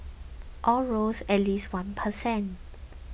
all rose at least one per cent